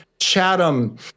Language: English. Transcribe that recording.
Chatham